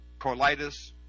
colitis